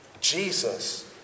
Jesus